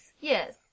Yes